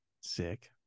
Sick